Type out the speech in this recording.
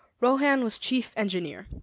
rohan was chief engineer,